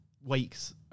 weeks